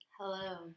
Hello